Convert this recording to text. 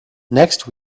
next